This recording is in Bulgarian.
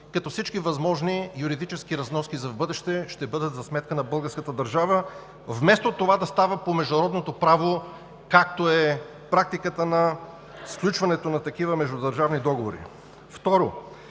като всички възможни юридически разноски за в бъдеще ще бъдат за сметка на българската държава, вместо това да става по международното право, както е практиката на сключването на такива междудържавни договори. Второ,